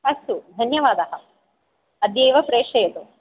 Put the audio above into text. अस्तु धन्यवादः अद्यैव प्रेषयतु